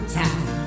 time